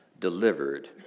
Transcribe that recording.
delivered